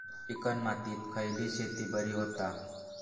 Chicken मातीत खयली शेती बरी होता?